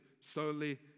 solely